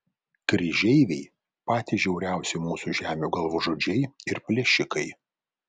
kryžeiviai patys žiauriausi mūsų žemių galvažudžiai ir plėšikai